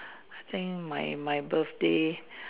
think my birthday